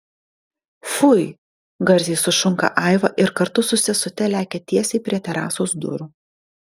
fui garsiai sušunka aiva ir kartu su sesute lekia tiesiai prie terasos durų